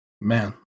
man